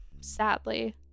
sadly